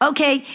Okay